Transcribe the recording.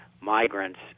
migrants